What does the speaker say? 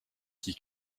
qui